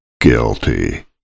guilty